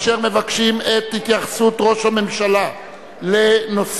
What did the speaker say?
אשר מבקשים את התייחסות ראש הממשלה לנושא